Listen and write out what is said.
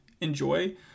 Enjoy